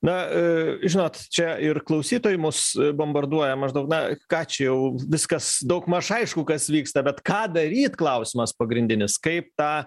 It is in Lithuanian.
na žinot čia ir klausytojai mus bombarduoja maždaug na ką čia jau viskas daugmaž aišku kas vyksta bet ką daryt klausimas pagrindinis kaip tą